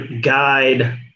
guide